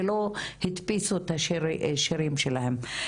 ולא הדפיסו את השירים שלהן.